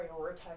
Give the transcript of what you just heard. prioritize